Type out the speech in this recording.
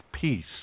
peace